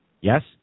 Yes